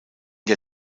der